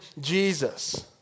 Jesus